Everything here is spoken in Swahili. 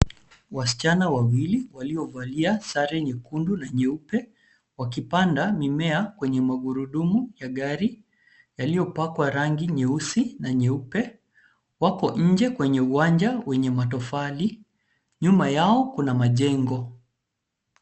Wasichana wawili waliovalia sare nyekundu na nyeupe wakipanda mimea kwenye magurudumu ya gari yaliyopakwa rangi nyeusi na nyeupe, wako nje kwenye uwanja wenye matofali. Nyuma yao kuna majengo.